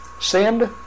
Send